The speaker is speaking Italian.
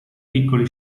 piccoli